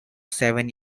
seven